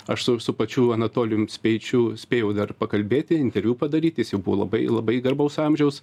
aš su su pačiu anatolijum speičiu spėjau dar pakalbėti interviu padaryti jis jau buvo labai labai garbaus amžiaus